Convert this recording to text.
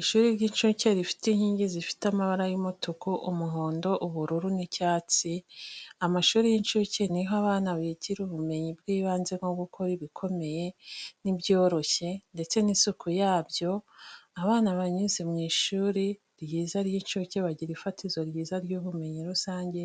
Ishuri ry'incuke rifite inkingi zifite amabara y'umutuku, umuhondo, ubururu ndetse n'icyatsi, amashuri y'incuke ni ho abana bigira ubumenyi bw'ibanze nko gukora ibikomeye n'ibyoroshye ndetse n'isuku yabyo, abana banyuze mu ishuri ryiza ry'incuke bagira ifatizo ryiza ry'ubumenyi rusange,